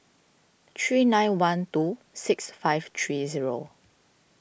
three nine one two six five three zero